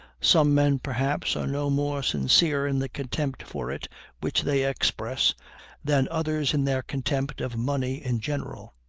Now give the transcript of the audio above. some men, perhaps, are no more sincere in the contempt for it which they express than others in their contempt of money in general